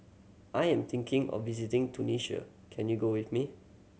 I am thinking of visiting Tunisia can you go with me